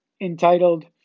entitled